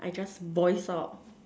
I just voice out